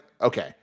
okay